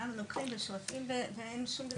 לוקחים ושואפים ואין שום דבר שמפריע.